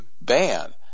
ban